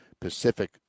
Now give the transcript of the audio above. Pacific